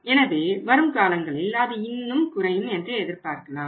எனவே வரும் காலங்களில் அது இன்னும் குறையும் என்று எதிர்பார்க்கலாம்